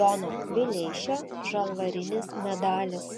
jono vileišio žalvarinis medalis